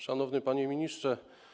Szanowny Panie Ministrze!